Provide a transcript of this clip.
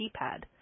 keypad